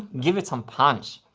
give it some punch!